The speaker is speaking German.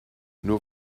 nur